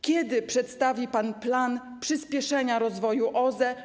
Kiedy przedstawi pan plan przyspieszenia rozwoju OZE?